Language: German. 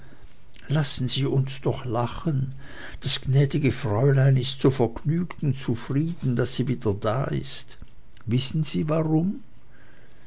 lassen sie uns doch lachen das gnädige fräulein ist so vergnügt und zufrieden daß sie wieder da ist wissen sie warum